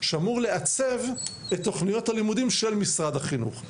שאמור לעצב את תוכניות הלימודים של משרד החינוך.